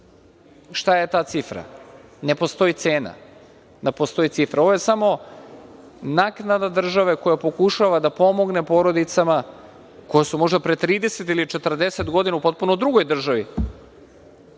Šta je ta cifra? Ne postoji cena, ne postoji cifra. Ovo je samo naknada države koja pokušava da pomogne porodicama koje su možda pre 30 ili 40 godina u potpuno drugoj državi